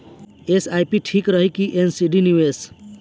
SIP ठीक रही कि एन.सी.डी निवेश?